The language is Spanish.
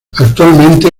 actualmente